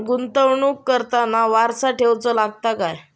गुंतवणूक करताना वारसा ठेवचो लागता काय?